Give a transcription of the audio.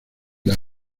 las